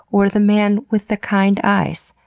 or the man with the kind eyes.